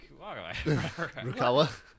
Rukawa